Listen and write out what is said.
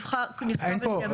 נכתב בדמוקרטיה.